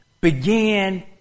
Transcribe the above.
began